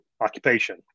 occupation